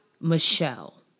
Michelle